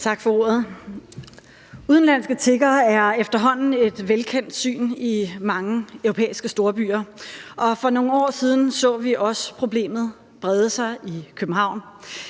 Tak for ordet. Udenlandske tiggere er efterhånden et velkendt syn i mange europæiske storbyer, og for nogle år siden så vi også problemet brede sig i København.